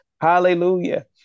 Hallelujah